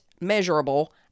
measurable